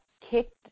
kicked